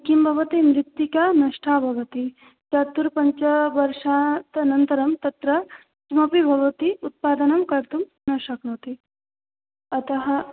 किं भवति मृत्तिका नष्टा भवति चतुर्पञ्चवर्षानन्तरं तत्र किमपि भवती उत्पादनं कर्तुं न शक्नोति अतः